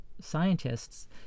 scientists